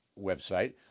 website